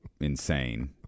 insane